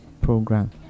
program